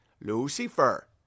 Lucifer